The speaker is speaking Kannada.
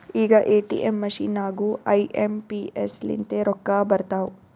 ಈಗ ಎ.ಟಿ.ಎಮ್ ಮಷಿನ್ ನಾಗೂ ಐ ಎಂ ಪಿ ಎಸ್ ಲಿಂತೆ ರೊಕ್ಕಾ ಬರ್ತಾವ್